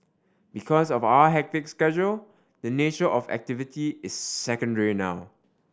because of our hectic schedule the nature of the activity is secondary now